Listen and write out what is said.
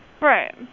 Right